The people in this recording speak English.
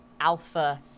alpha